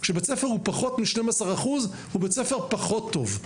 כשבית ספר הוא פחות מ-12% הוא בית ספר פחות טוב,